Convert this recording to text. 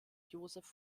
joseph